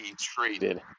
traded